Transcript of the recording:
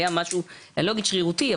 לא אגיד שרירותי,